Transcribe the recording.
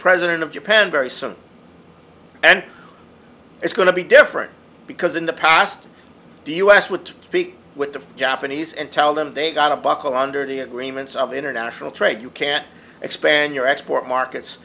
president of japan very soon and it's going to be different because in the past the u s would speak with the japanese and tell them they've got to buckle under the agreements of international trade you can't expand your export markets